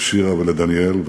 לשירה ולדניאל,